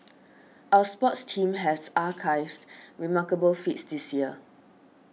our sports team has achieved remarkable feats this year